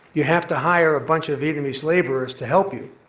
you have to hire a bunch of vietnamese laborers to help you.